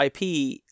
IP